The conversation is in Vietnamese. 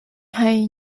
chuyện